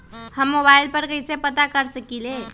हम मोबाइल पर कईसे पता कर सकींले?